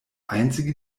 einzige